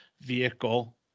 vehicle